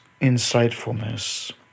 insightfulness